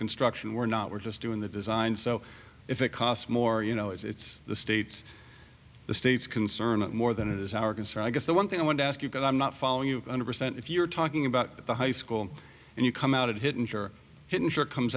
construction we're not we're just doing the design so if it costs more you know it's the state's the state's concern more than it is our concern i guess the one thing i want to ask you but i'm not following you understand if you're talking about the high school and you come out of hidden sure hidden sure comes